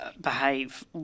behave